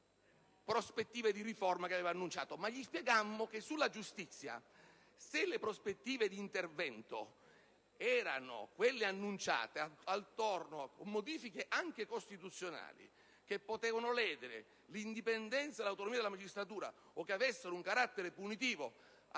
prospettive di riforma che aveva annunciato: gli spiegammo però che sulla giustizia, se le prospettive d'intervento erano quelle annunciate attorno a modifiche anche costituzionali che potevano ledere l'indipendenza e l'autonomia della magistratura o che avessero un carattere punitivo